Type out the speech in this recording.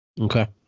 Okay